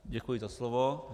Děkuji za slovo.